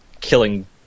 killing